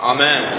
Amen